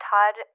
Todd